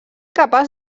capaç